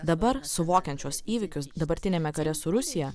dabar suvokiant šiuos įvykius dabartiniame kare su rusija